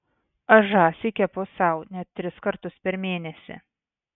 aš žąsį kepu sau net tris kartus per mėnesį